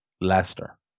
Leicester